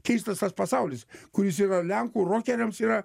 keistas tas pasaulis kuris yra lenkų rokeriams yra